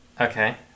Okay